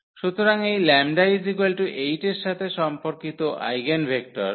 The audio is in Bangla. সুতরাং এই 𝜆 8 এর সাথে সম্পর্কিত আইগেনভেক্টর